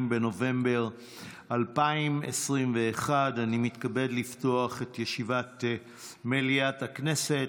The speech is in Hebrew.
בנובמבר 2021. אני מתכבד לפתוח את ישיבת מליאת הכנסת.